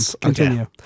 Continue